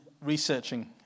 researching